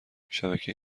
شبکه